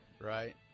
right